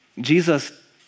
Jesus